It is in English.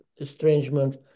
estrangement